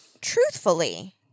truthfully